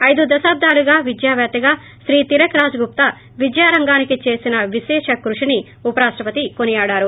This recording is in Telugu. ఐదు దశాబ్దాలుగా విద్యా పేత్తగా శ్రీ తిలక్ రాజ్ గుప్తా విద్యారంగానికి చేసిన విశేష కృషిని ఉపరాష్టపతి కొనియాడారు